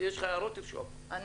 תרשום את ההערות שלך, אם ישנן.